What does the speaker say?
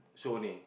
show only